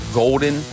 golden